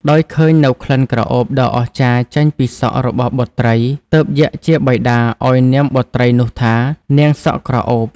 ដោយឃើញនូវក្លិនក្រអូបដ៏អស្ចារ្យចេញពីសក់របស់បុត្រីទើបយក្សជាបិតាឲ្យនាមបុត្រីនោះថា "នាងសក់ក្រអូប"។